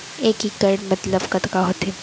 एक इक्कड़ मतलब कतका होथे?